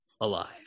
Alive